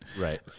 Right